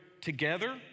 together